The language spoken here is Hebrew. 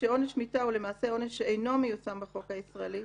--- הוא למעשה עונש שאינו מיושם בחוק הישראלי.